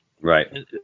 Right